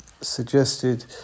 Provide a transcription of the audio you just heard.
suggested